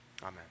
Amen